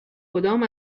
کدام